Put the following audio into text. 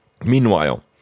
Meanwhile